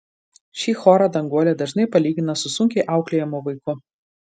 šį chorą danguolė dažnai palygina su sunkiai auklėjamu vaiku